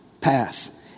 path